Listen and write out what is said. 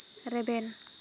ᱨᱮᱵᱮᱱ